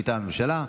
מטעם הממשלה.